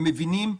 הם מבינים,